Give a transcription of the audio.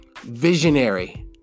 visionary